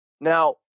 Now